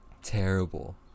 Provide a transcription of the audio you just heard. terrible